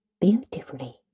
beautifully